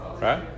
right